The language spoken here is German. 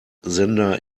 sender